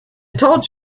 told